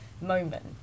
moment